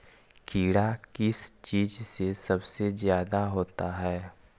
कीड़ा किस चीज से सबसे ज्यादा होता है?